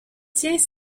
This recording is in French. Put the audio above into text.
tiens